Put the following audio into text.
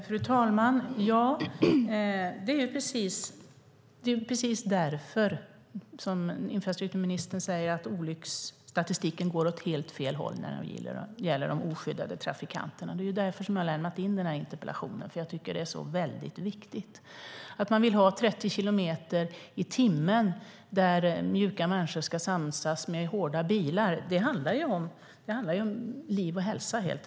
Fru talman! Infrastrukturministern säger att olycksstatistiken går åt helt fel håll när det gäller de oskyddade trafikanterna. Det är därför som jag har lämnat in interpellationen. Jag tycker att det är väldigt viktigt. Att man vill ha 30 kilometer i timmen där mjuka människor ska samsas med hårda bilar handlar helt enkelt om liv och hälsa.